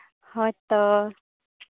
ᱦᱳᱭ ᱛᱚ